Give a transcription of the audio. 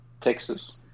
Texas